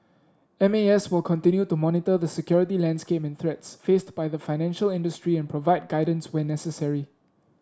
M A S will continue to monitor the security landscape and threats faced by the financial industry and provide guidance where necessary